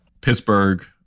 Pittsburgh